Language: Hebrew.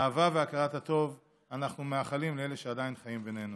אהבה והכרת הטוב אנחנו מאחלים לאלה שעדיין חיים בינינו.